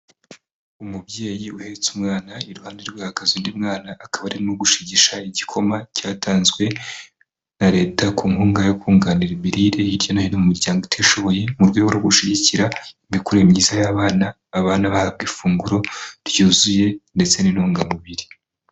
Umubyeyi uhetse umwana iruhande rwe hakaba undi mwana akaba arimo gushigisha igikoma cyatanzwe na leta ku nkunga yo kunganira imirire hirya no hino m u imiryango utishoboye mu rwego rwo gushyigikira imikurire miyiza y'abana abana bahabwa ifunguro ryuzuye ndetse n'intungamubiri.